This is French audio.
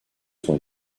sont